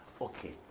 Okay